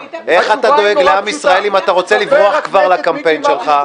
איך אתה דואג לעם ישראל אם אתה רוצה לברוח כבר לקמפיין שלך?